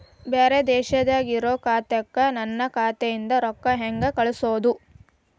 ಬ್ಯಾರೆ ದೇಶದಾಗ ಇರೋ ಖಾತಾಕ್ಕ ನನ್ನ ಖಾತಾದಿಂದ ರೊಕ್ಕ ಹೆಂಗ್ ಕಳಸೋದು?